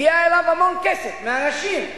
מגיע אליו המון כסף מאנשים.